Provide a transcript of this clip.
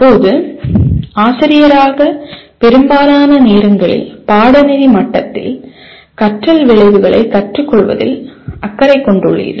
இப்போது ஆசிரியராக பெரும்பாலான நேரங்களில் பாடநெறி மட்டத்தில் கற்றல் விளைவுகளைக் கற்றுக்கொள்வதில் அக்கறை கொண்டுள்ளீர்கள்